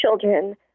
children